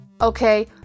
Okay